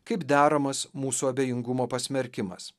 kaip deramas mūsų abejingumo pasmerkimas